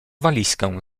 walizkę